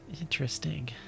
Interesting